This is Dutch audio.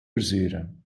verzuren